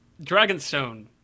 Dragonstone